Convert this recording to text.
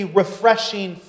refreshing